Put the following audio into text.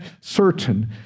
certain